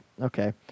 okay